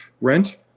rent